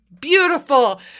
beautiful